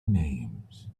names